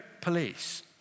police